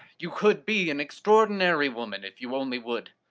you could be an extraordinary woman if you only would.